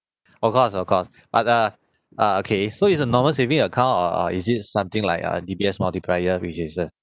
of course of course but uh uh okay so is a normal saving account or or is it something like uh D_B_S multiplier which is uh